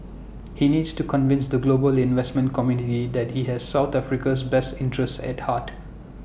he needs to convince the global investment community that he has south Africa's best interests at heart